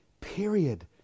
period